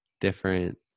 different